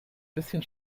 bisschen